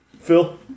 Phil